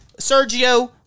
Sergio